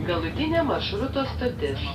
galutinė maršruto stotis